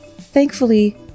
Thankfully